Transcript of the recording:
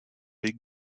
big